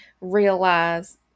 realize